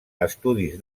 estudis